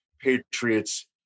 Patriots